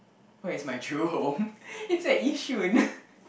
where is my true home it's at Yishun